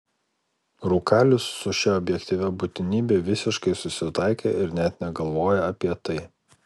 rūkalius su šia objektyvia būtinybe visiškai susitaikė ir net negalvoja apie tai